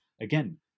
again